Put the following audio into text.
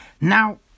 now